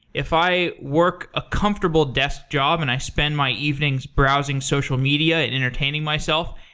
if i work a comfortable desk job and i spend my evenings browsing social media and entertaining myself,